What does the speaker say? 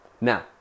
Now